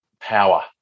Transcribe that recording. power